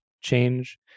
change